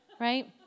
right